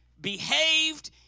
behaved